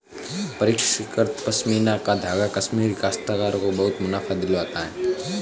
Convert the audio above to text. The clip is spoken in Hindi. परिष्कृत पशमीना का धागा कश्मीरी काश्तकारों को बहुत मुनाफा दिलवाता है